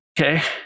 Okay